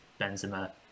Benzema